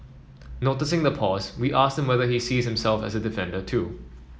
noticing the pause we asked whether he sees himself as defender too